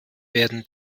werden